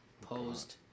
posed